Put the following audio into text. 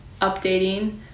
updating